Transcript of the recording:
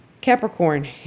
Capricorn